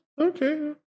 okay